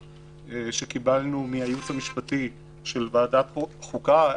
שקיבלנו מהייעוץ המשפטי של ועדת החוקה,